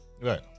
Right